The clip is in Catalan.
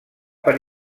per